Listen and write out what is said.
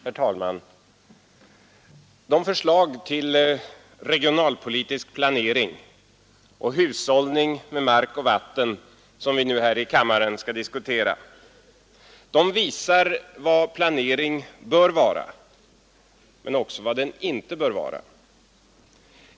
Herr talman! De förslag till regionalpolitisk planering och hushållning med mark och vatten som vi nu här i kammaren skall diskutera visar vad planering bör vara men också vad den inte bör vara.